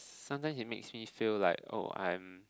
sometimes it makes me feel like oh I'm